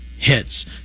Hits